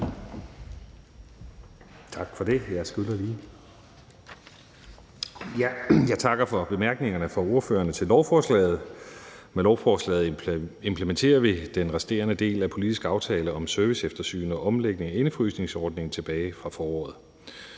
Tak for det. Jeg skal gøre det